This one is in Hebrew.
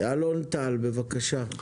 אלון טל בבקשה.